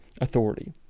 authority